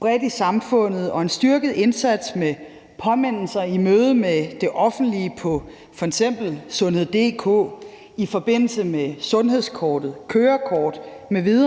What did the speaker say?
bredt i samfundet og en styrket indsats med påmindelser i mødet med det offentlige, f.eks. på www.sundhed.dk, i forbindelse med sundhedskort, kørekort m.v.